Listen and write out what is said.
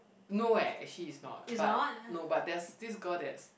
no eh actually it's not but no but there's this girl that's